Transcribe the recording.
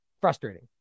Frustrating